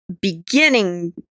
beginning